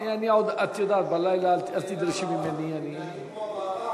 המערך, אתם מתנהגים כמו המערך,